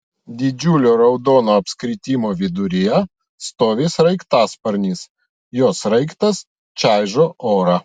didžiulio raudono apskritimo viduryje stovi sraigtasparnis jo sraigtas čaižo orą